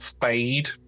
fade